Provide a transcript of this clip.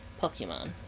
Pokemon